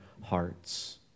hearts